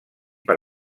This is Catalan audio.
per